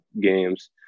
games